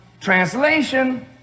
translation